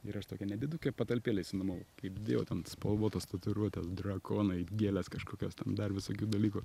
ir aš tokią nedidukę patalpėlę išsinuomavau kaip dėjau ten spalvotos tatuiruotės drakonai gėlės kažkokios dar visokių dalykų